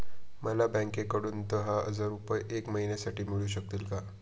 मला बँकेकडून दहा हजार रुपये एक महिन्यांसाठी मिळू शकतील का?